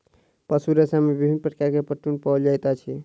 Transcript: पशु रेशा में विभिन्न प्रकार के प्रोटीन पाओल जाइत अछि